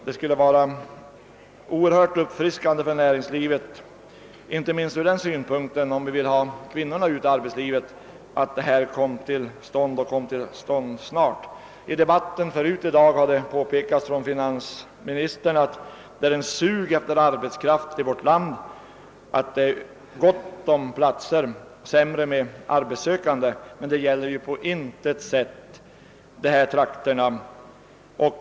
Det skulle vara oerhört uppfriskande för näringslivet, inte minst om vi vill få ut kvinnorna i förvärvslivet, om det här projektet snart kunde genomföras. I den tidigare debatten i dag har finansministern påpekat att det är ett sug efter arbetskraft i vårt land och att det finns gott om platser men ont om arbetssökande. Detta gäller emeller tid på intet sätt dessa trakter.